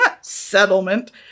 settlement